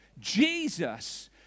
Jesus